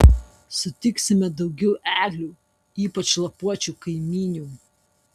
sutiksime daugiau eglių ypač lapuočių kaimynių